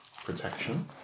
protection